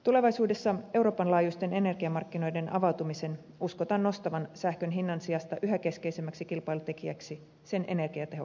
tulevaisuudessa euroopan laajuisten energiamarkkinoiden avautumisen uskotaan nostavan sähkön hinnan sijasta yhä keskeisemmäksi kilpailutekijäksi sähkön energiatehokkaan käytön